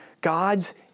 God's